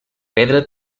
pedra